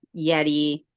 Yeti